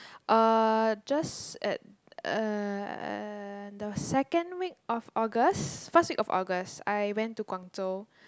uh just at uh the second week of August first week of August I went to Guangzhou